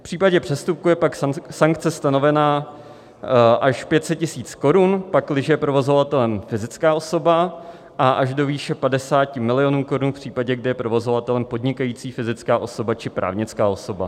V případě přestupku je pak sankce stanovena až 500 tisíc korun, pakliže je provozovatelem fyzická osoba, a až do výše 50 milionů korun v případě, kdy je provozovatelem podnikající fyzická osoba či právnická osoba.